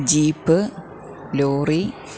jeep lorry